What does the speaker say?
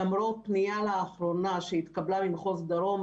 למרות פנייה שהתקבלה לאחרונה ממחוז דרום.